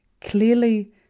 Clearly